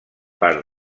part